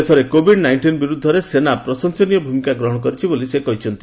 ଦେଶରେ COVID nineteen ବିରୁଦ୍ଧରେ ସେନା ପ୍ରଶଂସନୀୟ ଭୂମିକା ଗ୍ରହଣ କରିଛି ବୋଲି ସେ କହିଛନ୍ତି